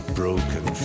broken